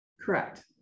Correct